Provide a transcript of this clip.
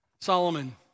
Solomon